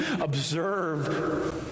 observe